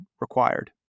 required